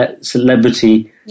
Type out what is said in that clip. celebrity